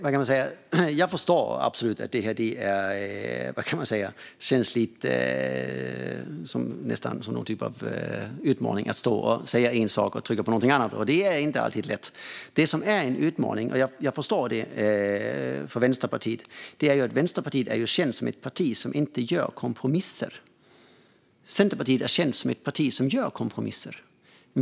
Jag förstår absolut att det känns nästan som någon typ av utmaning att stå och säga en sak och rösta på någonting annat. Det är inte alltid lätt. Det som är en utmaning för Vänsterpartiet är att Vänsterpartiet är känt som ett parti som inte gör kompromisser. Centerpartiet är känt som ett parti som gör kompromisser.